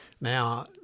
Now